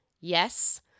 yes